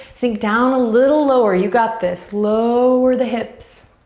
sink down a little lower. you got this. lower the hips.